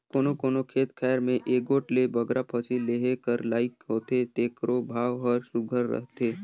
कोनो कोनो खेत खाएर में एगोट ले बगरा फसिल लेहे कर लाइक होथे तेकरो भाव हर सुग्घर रहथे